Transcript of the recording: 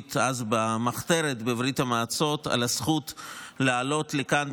היהודית במחתרת בברית המועצות על הזכות לעלות לכאן,